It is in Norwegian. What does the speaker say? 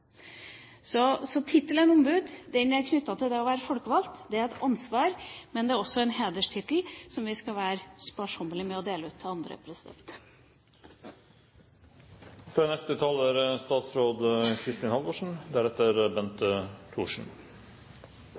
Så tittelen ombud er knyttet til det å være folkevalgt. Det er et ansvar, men det er også en hederstittel som vi skal være sparsommelig med å dele ut til andre. Jeg er